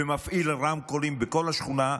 ומפעיל רמקולים בכל השכונה,